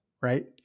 right